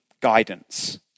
guidance